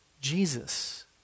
Jesus